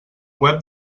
web